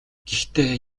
гэхдээ